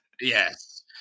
Yes